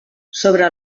sobre